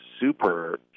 super